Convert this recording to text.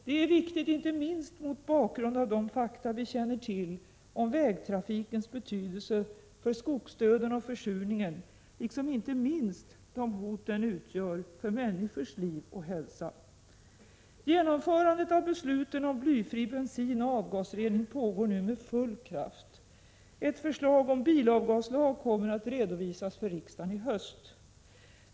Det är viktigt, inte minst mot bakgrund av de fakta vi känner till om vägtrafikens betydelse för skogsdöden och försurningen, liksom inte minst de hot den utgör för människornas liv och hälsa. Genomförandet av besluten om blyfri bensin och avgasrening pågår nu med full kraft. Ett förslag om bilavgaslag kommer att redovisas för riksdagen i höst.